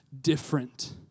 different